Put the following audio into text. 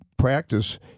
practice